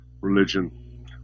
religion